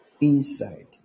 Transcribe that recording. inside